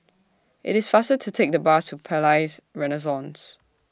IT IS faster to Take The Bus to Palais Renaissance